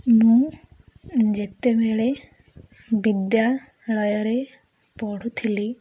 ମୁଁ ଯେତେବେଳେ ବିଦ୍ୟାଳୟରେ ପଢ଼ୁଥିଲି